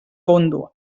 fondo